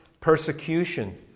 persecution